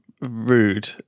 rude